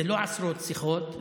זה לא עשרות שיחות,